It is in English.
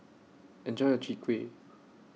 Enjoy your Chwee Kueh